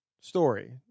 story